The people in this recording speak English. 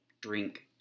drink